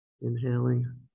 Inhaling